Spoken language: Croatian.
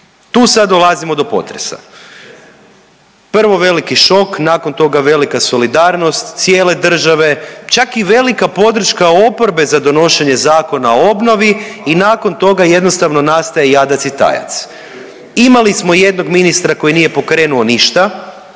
Tu sad dolazimo do potresa. Prvo veliki šok, nakon toga velika solidarnost cijele države, čak i velika podrška oporbe za donošenje Zakona o obnovi i nakon toga jednostavno nastaje jadac i tajac. Imali smo jednog ministra koji nije pokrenuo ništa,